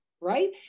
Right